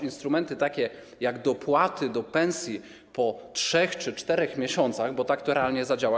Instrumenty takie jak dopłaty do pensji po 3 czy 4 miesiącach, bo tak to realnie zadziała.